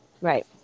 Right